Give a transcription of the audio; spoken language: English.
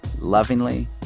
lovingly